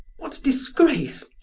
what disgrace,